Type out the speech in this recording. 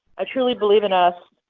i truly believe in us.